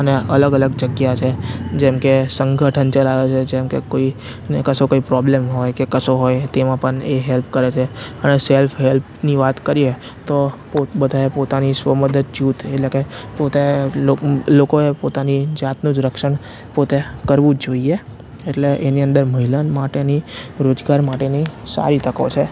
અને અલગ અલગ જગ્યા છે જેમકે સંગઠન ચલાવે છે જેમકે કોઈ ને કશો કોઈ પ્રોબ્લેમ હોય કે કશો હોય તેમાં પણ એ હેલ્પ કરે છે અને સેલ્ફ હેલ્પની વાત કરીએ તો પોત બધાએ પોતાની સ્વમદદ જુથ એટલે કે પોતાએ લોકો લોકોએ પોતાની જાતનું જ રક્ષણ પોતે કરવું જ જોઈએ એટલે એની અંદર મહિલાને માટેની રોજગાર માટેની સારી તકો છે